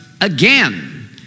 again